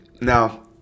now